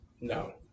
No